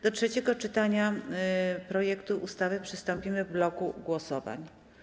Do trzeciego czytania projektu ustawy przystąpimy w bloku głosowań.